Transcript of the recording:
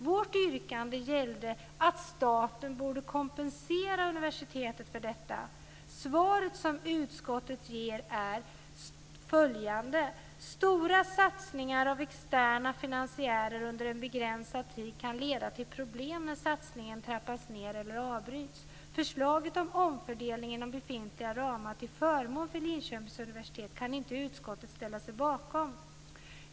Vårt yrkande gällde att staten borde kompensera universitetet för detta. Svaret som utskottet ger lyder: "Stora satsningar av externa finansiärer under en begränsad tid kan leda till problem när satsningen trappas ner eller avbryts. - Förslaget om omfördelning inom befintliga ramar till förmån för Linköpings universitet kan utskottet därför inte ställa sig bakom.